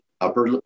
upper